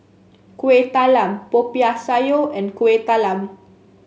Kuih Talam Popiah Sayur and Kuih Talam